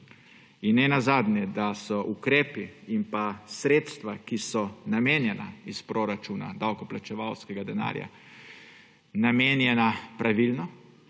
In ne nazadnje je, da so ukrepi in sredstva, ki so namenjena iz proračuna davkoplačevalskega denarja, namenjeni pravilno,